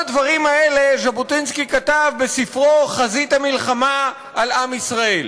את כל הדברים האלה ז'בוטינסקי כתב בספרו "חזית המלחמה של עם ישראל".